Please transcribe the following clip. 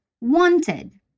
Wanted